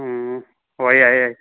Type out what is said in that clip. ꯎꯝ ꯑꯣ ꯌꯥꯏ ꯌꯥꯏ